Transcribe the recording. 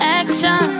action